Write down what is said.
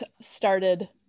started